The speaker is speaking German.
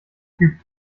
typ